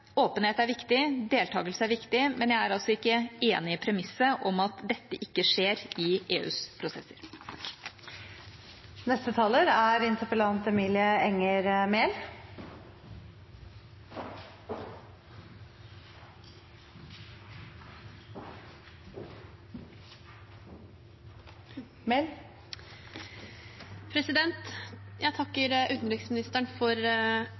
Åpenhet er viktig, deltakelse er viktig, men jeg er altså ikke enig i premisset om at dette ikke skjer i EUs prosesser.